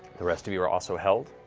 the rest of you are also held.